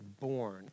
born